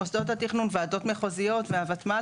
מוסדות התכנון וועדות מחוזיות והוותמ"ל